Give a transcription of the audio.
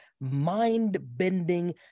mind-bending